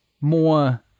more